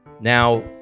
now